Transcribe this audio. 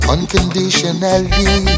Unconditionally